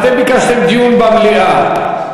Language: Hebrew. אתם ביקשתם דיון במליאה.